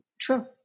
True